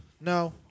no